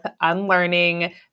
unlearning